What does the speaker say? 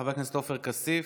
חבר הכנסת עופר כסיף,